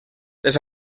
les